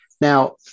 now